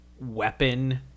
weapon